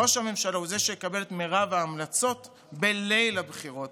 ראש הממשלה הוא שיקבל את מרב ההמלצות בליל הבחירות,